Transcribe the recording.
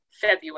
February